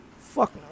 Fuck